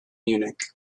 munich